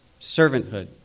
Servanthood